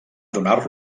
donar